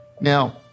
Now